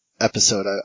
episode